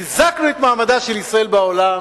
חיזקנו את מעמדה של ישראל בעולם,